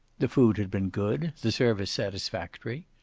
the food had been good, the service satisfactory.